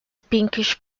pinkish